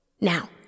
Now